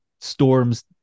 storm's